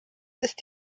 ist